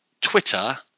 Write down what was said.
twitter